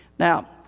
Now